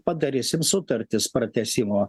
padarysim sutartis pratęsimo